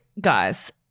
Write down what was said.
guys